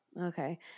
Okay